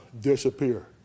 disappear